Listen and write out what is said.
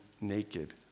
naked